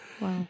Wow